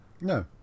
No